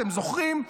אתם זוכרים?